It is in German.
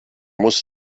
muss